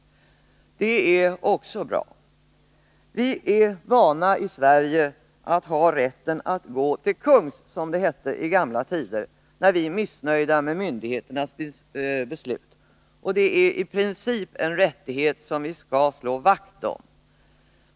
Det är också bra. Vi är i Sverige vana att ha rätten att ”gå till kungs”, som det hette i gamla tider, när vi är missnöjda med myndigheternas beslut, och det är i princip en rättighet som vi skall slå vakt om.